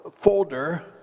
folder